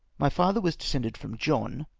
my father was descended from john,